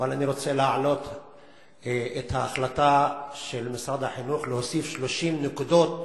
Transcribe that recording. אבל אני רוצה להעלות את ההחלטה של משרד החינוך להוסיף 30 נקודות